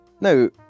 No